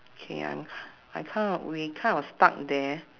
K I'm k~ I kind of we kind of stuck there